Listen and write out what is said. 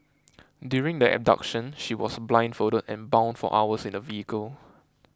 during the abduction she was blindfolded and bound for hours in a vehicle